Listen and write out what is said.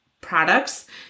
products